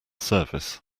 service